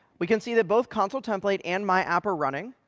we can see that both consul template and my app are running.